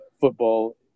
Football